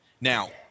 Now